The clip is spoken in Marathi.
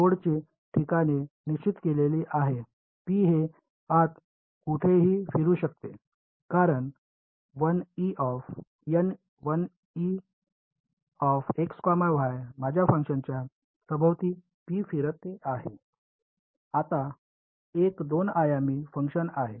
नोडची ठिकाणे निश्चित केलेली आहेत पी हे आत कुठेही फिरू शकते कारण माझ्या फंक्शनच्या सभोवती पी फिरते हे आता एक 2 आयामी फंक्शन आहे